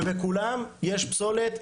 ובכולם יש פסולת.